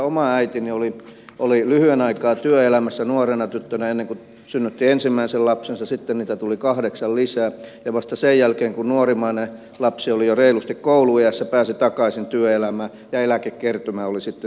oma äitini oli lyhyen aikaa työelämässä nuorena tyttönä ennen kuin synnytti ensimmäisen lapsensa sitten niitä tuli kahdeksan lisää ja vasta sen jälkeen kun nuorimmainen lapsi oli jo reilusti kouluiässä pääsi takaisin työelämään ja eläkekertymä oli sitten sen mukaista